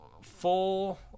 full